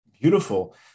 Beautiful